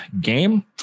game